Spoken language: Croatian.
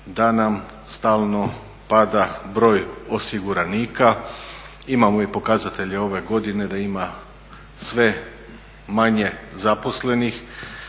da nam stalno pada broj osiguranika, imamo i pokazatelje ove godine da ima sve manje zaposlenih,